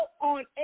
on